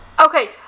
Okay